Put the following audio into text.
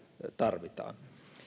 tarvitaan